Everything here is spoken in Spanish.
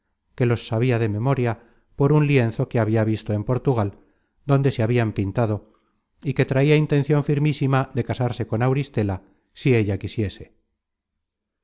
que los sabia de memoria por un lienzo que habia visto en portugal donde se habian pintado y que traia intencion firmísima de casarse con auristela si ella quisiese